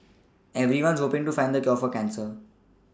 everyone's hoPing to find the cure for cancer